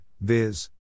viz